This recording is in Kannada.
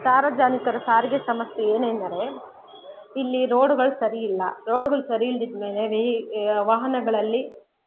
ಸಾರ್ವಜನಿಕರ ಸಾರಿಗೆ ಸಮಸ್ಯೆ ಏನೆಂದರೆ ಇಲ್ಲಿ ರೋಡ್ಗಳು ಸರಿ ಇಲ್ಲ ರೋಡ್ಗಳು ಸರಿ ಇಲ್ದಿದ್ಮೇಲೆ ವೇಹಿ ವಾಹನಗಳಲ್ಲಿ